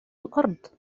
الأرض